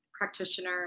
practitioner